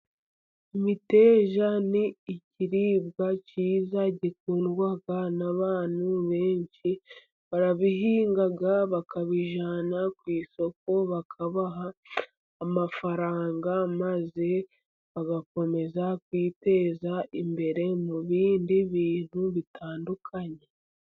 Imiteja ni ikiribwa cyiza gikundwa n'abantu benshi, barabihinga bakabijyana ku isoko, bakabaha amafaranga. Maze bagakomeza kwiteza imbere mu bindi bintu bitandukanye.